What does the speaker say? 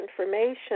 information